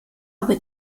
aber